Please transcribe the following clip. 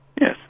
Yes